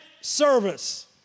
service